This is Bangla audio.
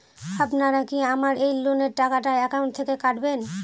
আপনারা কি আমার এই লোনের টাকাটা একাউন্ট থেকে কাটবেন?